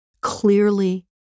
clearly